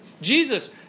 Jesus